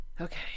Okay